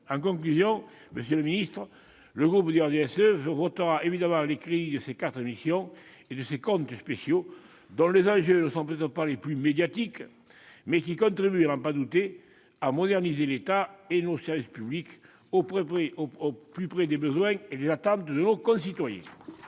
En conclusion, monsieur le secrétaire d'État, le groupe du RDSE votera évidemment les crédits de ces quatre missions et de ces deux comptes d'affectation spéciale, dont les enjeux ne sont peut-être pas les plus médiatiques, mais qui contribuent, à n'en pas douter, à moderniser l'État et nos services publics, au plus près des besoins et des attentes de nos concitoyens.